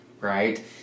right